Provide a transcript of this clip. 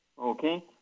Okay